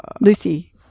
Lucy